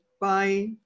Bye